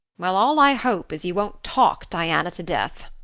well, all i hope is you won't talk diana to death,